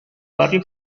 varie